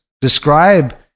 describe